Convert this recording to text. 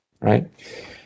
right